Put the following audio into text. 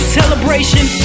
celebration